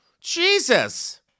Jesus